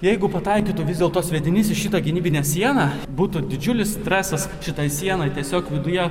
jeigu pataikytų vis dėlto sviedinys į šitą gynybinę sieną būtų didžiulis stresas šitai sienai tiesiog viduje